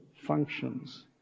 functions